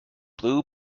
blue